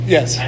Yes